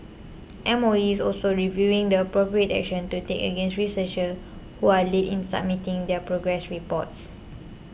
M O E is also reviewing the appropriate action to take against researchers who are late in submitting their progress reports